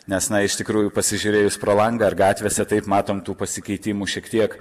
nes iš tikrųjų pasižiūrėjus pro langą ar gatvėse taip matom tų pasikeitimų šiek tiek